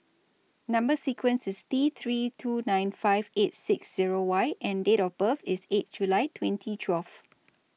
Number sequence IS T three two nine five eight six Zero Y and Date of birth IS eight July twenty twelve